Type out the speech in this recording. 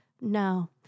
No